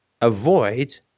avoid